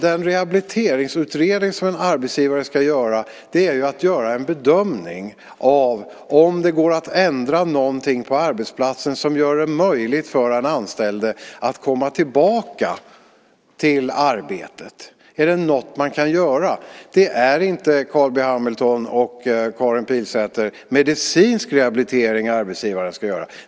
Den rehabiliteringsutredning som en arbetsgivare ska göra innebär att göra en bedömning av om det går att ändra någonting på arbetsplatsen som gör det möjligt för den anställde att komma tillbaka till arbetet. Är det något som man kan göra? Det är inte, Carl B Hamilton och Karin Pilsäter, medicinsk rehabilitering som arbetsgivaren ska göra.